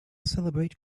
celebrate